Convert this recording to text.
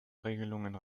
regelung